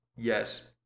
yes